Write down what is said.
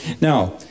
Now